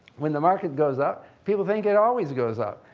when the market goes up, people think it always goes up.